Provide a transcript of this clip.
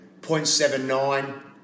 0.79